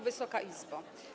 Wysoka Izbo!